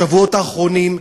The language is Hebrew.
בשבועות האחרונים,